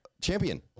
champion